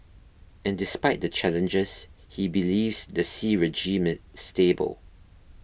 and despite the challenges he believes the Xi regime stable